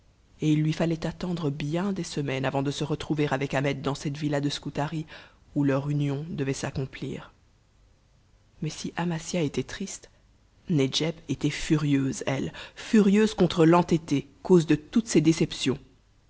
et il lui fallait attendre bien des semaines avant de se retrouver avec ahmet dans cette villa de scutari où leur union devait s'accomplir mais si amasia était triste nedjeb était furieuse elle furieuse contre l'entêté cause de toutes ces déceptions